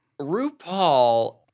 RuPaul